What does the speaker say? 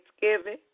thanksgiving